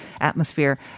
atmosphere